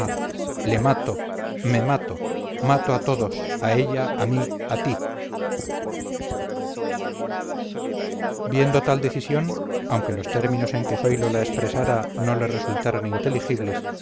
le mato me mato mato a todos a ella a mí a ti viendo tal decisión aunque los términos en que zoilo la expresara no le resultaban inteligibles